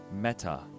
Meta